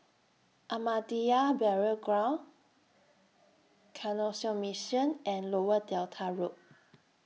Ahmadiyya Burial Ground Canossian Mission and Lower Delta Road